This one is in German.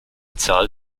zahl